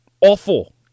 awful